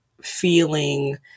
feeling